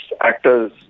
actors